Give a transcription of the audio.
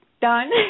done